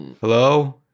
Hello